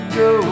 go